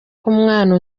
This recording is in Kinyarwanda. k’umwana